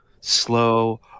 slow